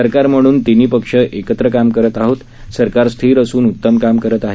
सरकार म्हणून तिन्ही पक्ष एकत्र काम करत आहेत सरकार स्थिर असून उत्तम काम करत आहे